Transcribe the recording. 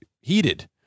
heated